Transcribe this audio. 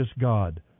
God